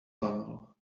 banal